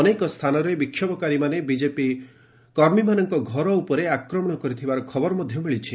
ଅନେକ ସ୍ଥାନରେ ବିକ୍ଷୋଭକାରୀମାନେ ବିଜେପି କର୍ମୀମାନଙ୍କ ଘର ଉପରେ ଆକ୍ରମଣ କରିଥିବାର ଖବର ମିଳିଛି